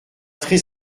très